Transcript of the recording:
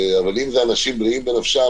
אבל אם זה אנשים בריאים בנפשם,